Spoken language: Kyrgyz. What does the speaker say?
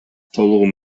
толугу